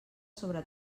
sobre